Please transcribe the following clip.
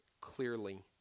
clearly